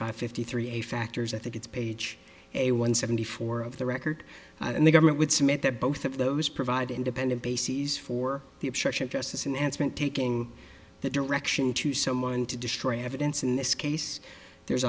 five fifty three a factors i think it's page a one seventy four of the record and the government would submit that both of those provide independent bases for the obstruction of justice in and spent taking that direction to someone to destroy the evidence in this case there's